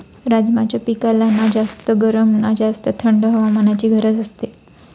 राजमाच्या पिकाला ना जास्त गरम ना जास्त थंड हवामानाची गरज असते